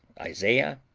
isaiah,